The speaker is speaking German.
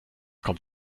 kommt